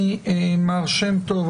מר שם טוב,